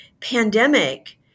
pandemic